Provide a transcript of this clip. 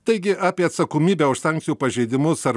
taigi apie atsakomybę už sankcijų pažeidimus ar